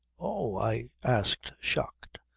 oh! i asked shocked,